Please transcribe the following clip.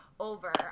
over